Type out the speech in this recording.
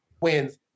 wins